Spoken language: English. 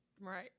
Right